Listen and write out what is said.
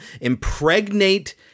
impregnate